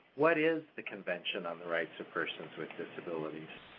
what is the convention on the rights of persons with disabilities,